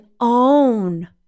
own